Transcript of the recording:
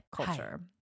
culture